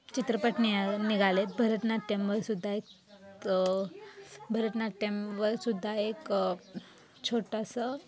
चित्रपट नि निघालेत भरतनाट्यमवर सुद्धा एक भरतनाट्यमवर सुद्धा एक छोटंसं